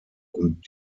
und